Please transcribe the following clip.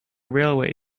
railway